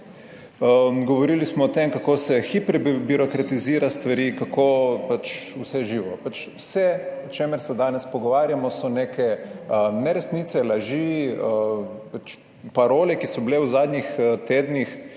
govorili smo o tem, kako se hibirokratizira stvari, kako pač vse živo. Pač vse o čemer se danes pogovarjamo so neke neresnice, laži, pač parole, ki so bile v zadnjih tednih